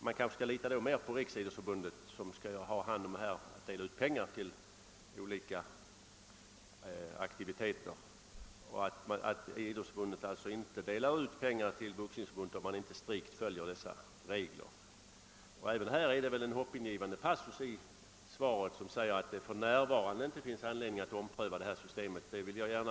Man kanske kan lita mer på att Riksidrottsförbundet, som har hand om fördelningen av statsbidragen till olika aktiviteter, inte delar ut pengar till Svenska boxningsförbundet om reglerna inte strikt följs. En hoppingivande passus i svaret är den vari det framhålles att det för närvarande inte finns anledning att ompröva systemet för bidragsgivningen.